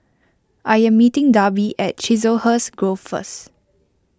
I am meeting Darby at Chiselhurst Grove first